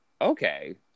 okay